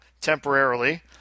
temporarily